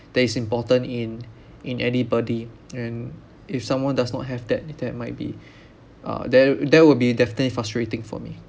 that is important in in anybody and if someone does not have that that might be uh that that will be definitely frustrating for me